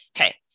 Okay